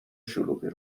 شلوغی